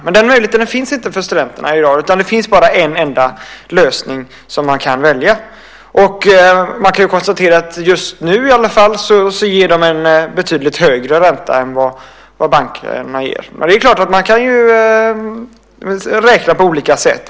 Men den möjligheten finns inte för studenterna i dag, utan det finns bara en enda lösning som man kan välja. Man kan konstatera att CSN just nu har en betydligt högre ränta än bankerna. Men det är klart att man kan räkna på olika sätt.